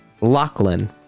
Lachlan